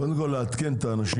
קודם כל לעדכן את האנשים,